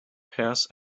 pairs